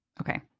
Okay